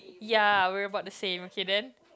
ya we are about the same hidden